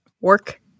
work